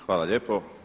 Hvala lijepo.